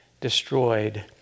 destroyed